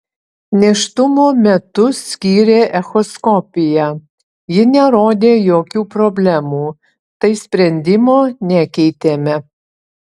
nėštumo metu skyrė echoskopiją ji nerodė jokių problemų tai sprendimo nekeitėme